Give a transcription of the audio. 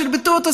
שרבטו אותו,